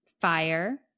Fire